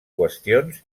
qüestions